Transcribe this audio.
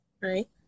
right